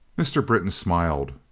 mr. britton smiled,